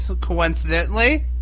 coincidentally